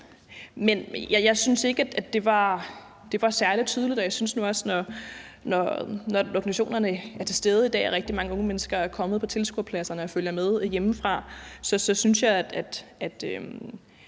igen. Jeg synes ikke, at det var særlig tydeligt, og jeg synes nu også, at Liberal Alliance, når organisationerne i dag er til stede og rigtig mange unge mennesker er kommet på tilskuerpladserne og følger med hjemmefra, så bare skylder at